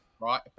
right